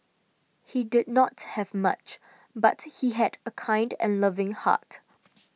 he did not have much but he had a kind and loving heart